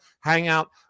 hangout